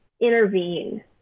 intervene